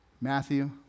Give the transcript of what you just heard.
Matthew